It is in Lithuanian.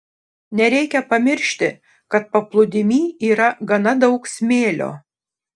nereikia pamiršti kad paplūdimy yra gana daug smėlio